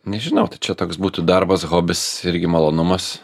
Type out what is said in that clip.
nežinau tai čia toks būtų darbas hobis irgi malonumas